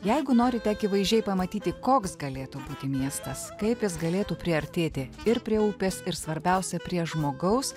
jeigu norite akivaizdžiai pamatyti koks galėtų būti miestas kaip jis galėtų priartėti ir prie upės ir svarbiausia prie žmogaus